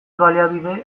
baliabide